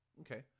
okay